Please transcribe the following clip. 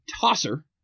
tosser